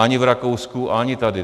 Ani v Rakousku, ani tady.